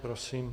Prosím.